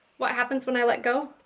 what happens when i let go?